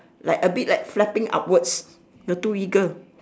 like a bit like flapping upwards the two eagle